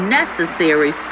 necessary